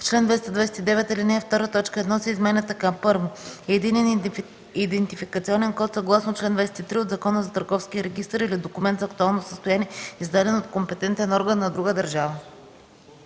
чл. 262, ал. 1 т. 1 се изменя така: „1. единен идентификационен код съгласно чл. 23 от Закона за търговския регистър или документ за актуално състояние, издаден от компетентен орган на друга държава;”.